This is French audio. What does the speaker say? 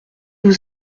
vous